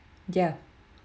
yeah